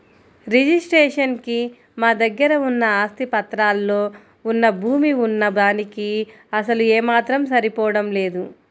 registration కి మా దగ్గర ఉన్న ఆస్తి పత్రాల్లో వున్న భూమి వున్న దానికీ అసలు ఏమాత్రం సరిపోడం లేదు